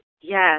Yes